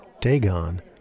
Dagon